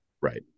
Right